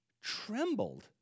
trembled